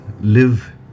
live